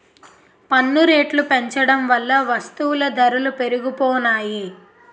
పన్ను రేట్లు పెంచడం వల్ల వస్తువుల ధరలు పెరిగిపోనాయి